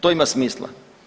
To ima smisla.